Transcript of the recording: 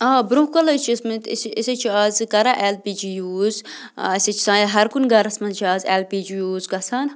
آ برٛونٛہہ کالہِ حظ چھِ ٲسۍمٕتۍ أسۍ أسۍ حظ چھِ آزٕ کَران اٮ۪ل پی جی یوٗز اَسہِ حظ چھِ سانہِ ہر کُنہِ گَرَس منٛز چھِ آز اٮ۪ل پی جی یوٗز گژھان